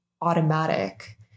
automatic